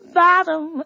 bottom